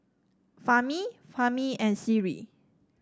Fahmi Fahmi and Sri